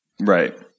right